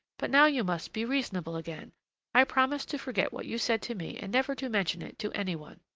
but now you must be reasonable again i promise to forget what you said to me and never to mention it to any one.